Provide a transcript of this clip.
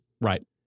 Right